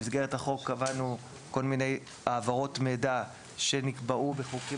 במסגרת החוק קבענו כל מיני העברות מידע שנקבעו בחוקים